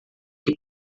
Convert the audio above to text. que